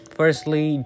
firstly